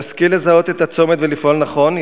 נשכיל לזהות את הצומת ולפעול נכון,